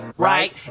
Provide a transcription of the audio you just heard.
Right